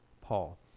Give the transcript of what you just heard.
Paul